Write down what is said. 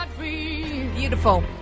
Beautiful